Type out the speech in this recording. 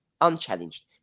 unchallenged